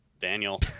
Daniel